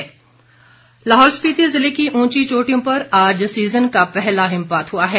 मौसम लाहौल स्पिति जिले की ऊंची चोटियों पर आज सीजन का पहला हिमपात हुआ है